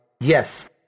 yes